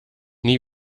nie